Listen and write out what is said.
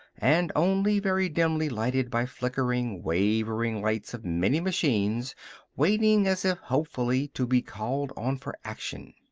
and only very dimly lighted by flickering, wavering lights of many machines waiting as if hopefully to be called on for action.